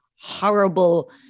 horrible